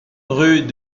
rue